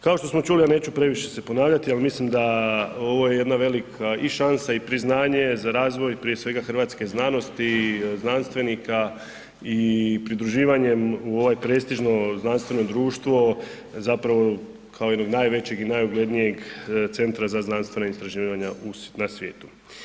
Kao što smo čuli, a neću previše se ponavljati, ali mislim da ovo je jedna velika i šansa i priznanje za razvoj prije svega hrvatske znanosti i znanstvenika i pridruživanjem u ovaj prestižno znanstveno društvo zapravo kao jednog najvećeg i najuglednijeg centra za znanstvena istraživanja na svijetu.